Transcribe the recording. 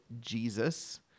Jesus